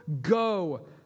Go